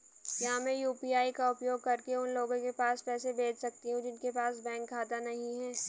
क्या मैं यू.पी.आई का उपयोग करके उन लोगों के पास पैसे भेज सकती हूँ जिनके पास बैंक खाता नहीं है?